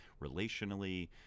relationally